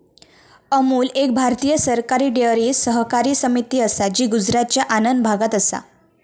अमूल एक भारतीय सरकारी डेअरी सहकारी समिती असा जी गुजरातच्या आणंद भागात असा